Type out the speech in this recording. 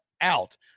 out